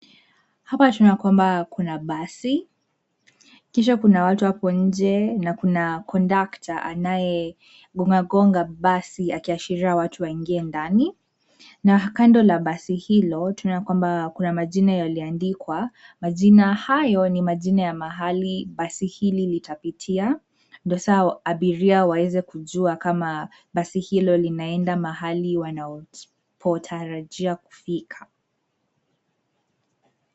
Hapa tunaona kwamba kuna basi kisha kuna watu hapo nnje na kuna kondakta anaye gongagonga basi akiashiria watu waingie ndani, na kando la basi hilo tunaona kwamba kuna majina yaliyo aandikwa majina hayo ni majina ya mahali basi hili litapitia ndio sa abiria waweze kujua kama basi hilo linaenda mahali wanapotarajia kufika.